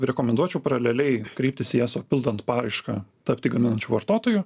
rekomenduočiau paraleliai kreiptis į eso pildant paraišką tapti gaminančiu vartotoju